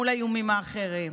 מול האיומים האחרים.